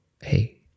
Hey